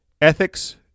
Ethics